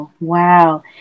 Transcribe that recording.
wow